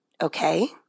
okay